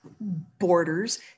borders